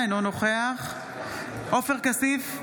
אינו נוכח עופר כסיף,